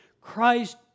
Christ